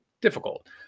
difficult